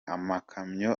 amakamyo